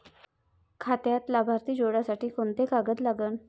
खात्यात लाभार्थी जोडासाठी कोंते कागद लागन?